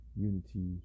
unity